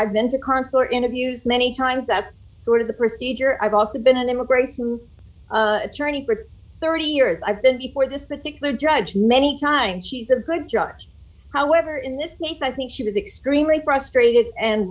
vented consular interviews many times that's sort of the procedure i've also been an immigration attorney for thirty years i've been before this particular judge many times he's a good start however in this case i think she was extremely frustrated and